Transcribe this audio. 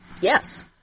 Yes